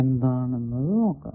എന്താണെന്ന് നോക്കാം